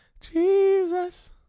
Jesus